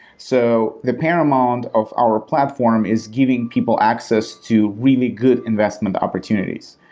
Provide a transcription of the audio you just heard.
so the paramount of our platform is giving people access to really good investment opportunities.